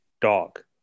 dog